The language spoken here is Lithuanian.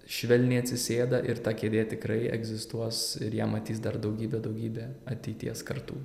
švelniai atsisėda ir ta kėdė tikrai egzistuos ir ją matys dar daugybę daugybę ateities kartų